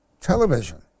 Television